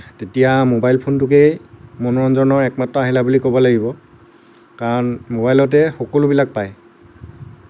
তেতিয়া মোবাইল ফোনটোকেই মনোৰঞ্জনৰ একমাত্ৰ আহিলা বুলি ক'ব লাগিব কাৰণ মোবাইলতেই সকলোবিলাক পায়